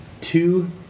two